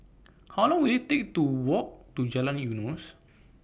How Long Will IT Take to Walk to Jalan Eunos